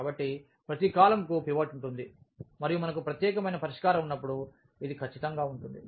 కాబట్టి ప్రతి కాలమ్కు పివట్ ఉంటుంది మరియు మనకు ప్రత్యేకమైన పరిష్కారం ఉన్నప్పుడు ఇది ఖచ్చితంగా ఉంటుంది